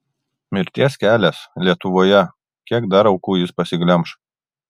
mirties kelias lietuvoje kiek dar aukų jis pasiglemš